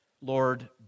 Lord